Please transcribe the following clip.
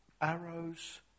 arrows